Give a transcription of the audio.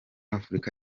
afurika